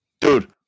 dude